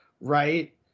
right